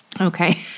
Okay